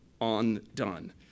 undone